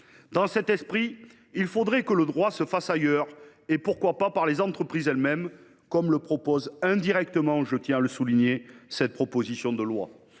Dans leur esprit, il faudrait que le droit se fasse ailleurs, et pourquoi pas par les entreprises elles mêmes, comme le prévoit – indirectement, je tiens à la souligner – la proposition de loi